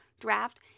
draft